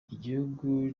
igihugu